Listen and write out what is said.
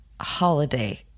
holiday